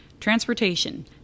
Transportation